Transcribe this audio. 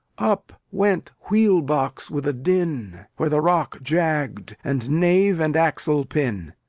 up went wheel-box with a din, where the rock jagged, and nave and axle-pin.